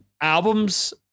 albums